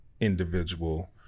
individual